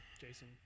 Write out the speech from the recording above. Jason